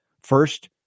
First